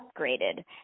upgraded